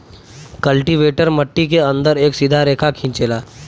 cultivator मट्टी के अंदर एक सीधा रेखा खिंचेला